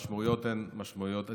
והמשמעויות הן משמעויות אדירות.